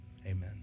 Amen